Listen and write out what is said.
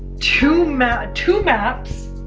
two maps? two maps?